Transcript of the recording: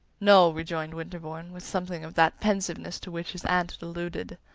no, rejoined winterbourne, with something of that pensiveness to which his aunt had alluded.